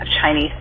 Chinese